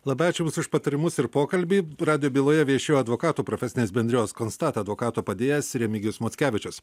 labai ačiū jums už patarimus ir pokalbį radijo byloje viešėjo advokatų profesinės bendrijos konstat advokato padėjėjas remigijus mockevičius